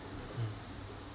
mm